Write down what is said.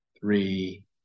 three